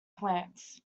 plants